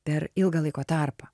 per ilgą laiko tarpą